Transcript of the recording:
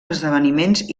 esdeveniments